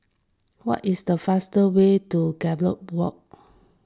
what is the fast way to Gallop Walk